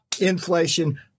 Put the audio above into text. inflation